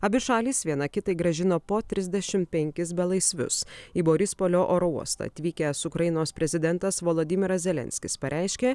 abi šalys viena kitai grąžino po trisdešim penkis belaisvius į borispolio oro uostą atvykęs ukrainos prezidentas volodimiras zelenskis pareiškė